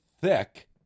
thick